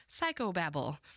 psychobabble